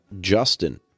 justin